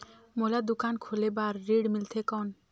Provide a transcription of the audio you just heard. मोला दुकान खोले बार ऋण मिलथे कौन?